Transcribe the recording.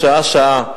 שעה-שעה,